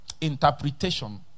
interpretation